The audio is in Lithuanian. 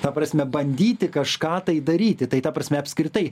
ta prasme bandyti kažką tai daryti tai ta prasme apskritai